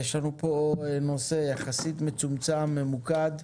יש לנו פה נושא יחסית מצומצם וממוקד.